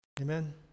Amen